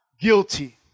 guilty